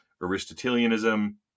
Aristotelianism